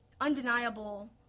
undeniable